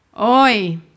Oi